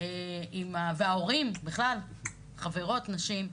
עם זה, וההורים בכלל, חברות, נשים.